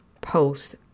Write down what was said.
post